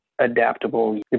adaptable